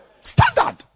Standard